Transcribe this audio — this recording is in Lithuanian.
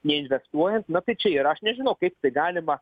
neinvestuojant na tai čia ir aš nežinau kaip tai galima